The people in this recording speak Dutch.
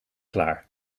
klaar